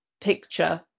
picture